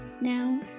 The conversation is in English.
Now